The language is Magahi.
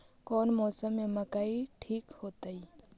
कौन मौसम में मकई ठिक होतइ?